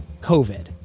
COVID